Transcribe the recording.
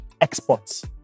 exports